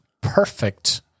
perfect